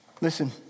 Listen